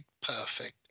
perfect